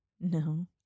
No